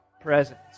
presence